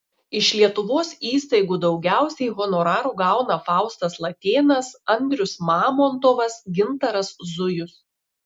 iš lietuvos įstaigų daugiausiai honorarų gauna faustas latėnas andrius mamontovas gintaras zujus